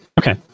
Okay